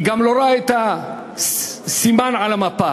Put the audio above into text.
היא גם לא רואה את הסימן על המפה,